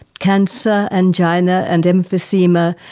cancer, angina, and emphysema,